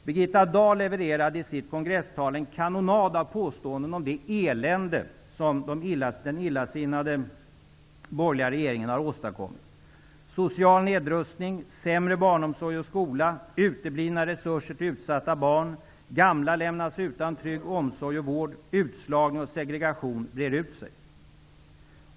Birgitta Dahl levererade i sitt kongresstal en kanonad av påståenden om det elände som den illasinnade borgerliga regeringen har åstadkommit -- social nedrustning, sämre barnomsorg och skola, uteblivna resurser till utsatta barn, gamla som lämnas utan en trygg omsorg och vård samt utslagning och segregation som breder ut sig.